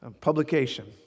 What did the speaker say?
publication